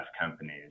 companies